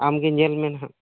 ᱟᱢ ᱜᱮ ᱧᱮᱱ ᱢᱮ ᱱᱟᱦᱟᱜ